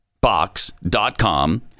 box.com